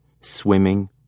swimming